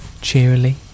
cheerily